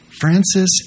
Francis